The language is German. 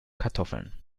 kartoffeln